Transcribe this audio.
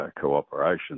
cooperation